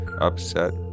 upset